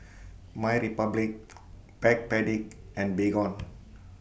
MyRepublic Backpedic and Baygon